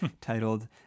titled